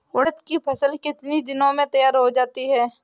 उड़द की फसल कितनी दिनों में तैयार हो जाती है?